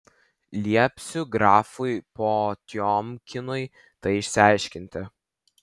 liepsiu grafui potiomkinui tai išsiaiškinti